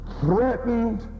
threatened